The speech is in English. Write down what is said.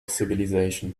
civilization